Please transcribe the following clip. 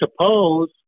suppose